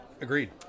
Agreed